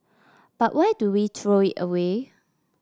but why do we throw it away